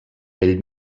bell